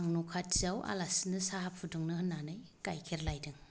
आं न' खाथिआव आलासिनो साहा फुदुंनो होन्नानै गायखेर लायदों